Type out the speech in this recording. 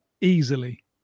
easily